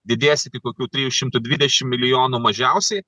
didės iki kokių trijų šimtų dvidešim milijonų mažiausiai